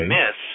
miss